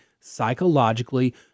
psychologically